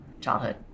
childhood